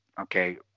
okay